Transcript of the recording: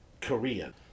korean